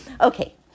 okay